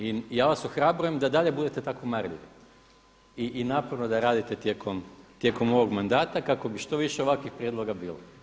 I ja vas ohrabrujem da i dalje budete tako marljivi i naporno da radite tijekom ovog mandata kako bi što više ovakvih prijedloga bilo.